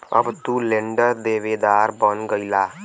अब तू लेंडर देवेदार बन गईला